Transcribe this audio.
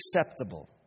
acceptable